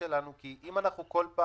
כל אחד